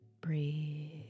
Breathe